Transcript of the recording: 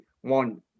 one